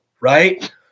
right